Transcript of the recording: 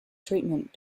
treatment